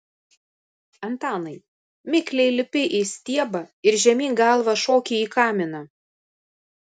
antanai mikliai lipi į stiebą ir žemyn galva šoki į kaminą